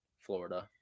Florida